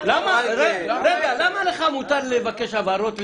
למה לך לבקש מותר לבקש הבהרות?